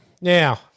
Now